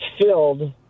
filled